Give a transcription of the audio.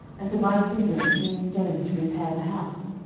and to buy timber and hewn stone to repair the house.